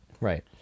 Right